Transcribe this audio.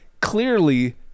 clearly